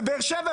לבאר שבע,